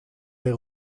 der